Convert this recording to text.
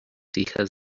hijas